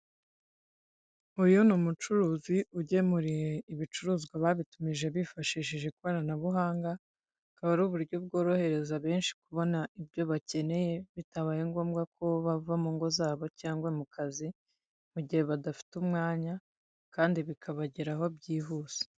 Uyu ni umucuruzi ugemuriye ibicuruzwa babitumije bifashishije ikoranabuhanga, akaba ari uburyo bworohereza benshi kubona ibyo bakeneye, bitabaye ngombwa ko bava mu ngo zabo cyangwa mu kazi, mu gihe badafite umwanya kandi bikabageraho byihuse.